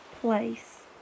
place